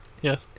yes